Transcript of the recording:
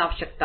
आवश्यकता